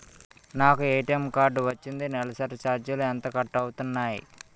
నాకు ATM card వచ్చింది నెలసరి ఛార్జీలు ఎంత కట్ అవ్తున్నాయి?